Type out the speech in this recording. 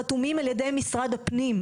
חתומים על ידי משרד הפנים.